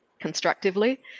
constructively